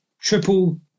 triple